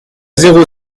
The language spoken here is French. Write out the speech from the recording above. zéro